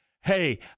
Hey